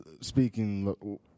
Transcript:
speaking